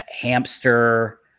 Hamster